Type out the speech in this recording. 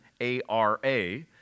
A-R-A